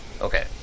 Okay